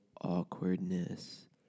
awkwardness